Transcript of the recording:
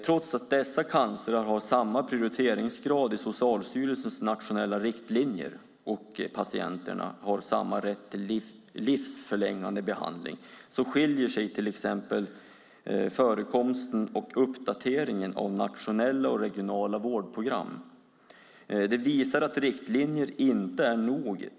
Trots att dessa cancrar har samma prioriteringsgrad i Socialstyrelsens nationella riktlinjer och patienterna har samma rätt till livsförlängande behandling skiljer sig till exempel förekomsten och uppdateringen av nationella och regionala vårdprogram åt. Det visar att riktlinjer inte är nog.